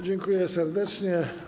Dziękuję serdecznie.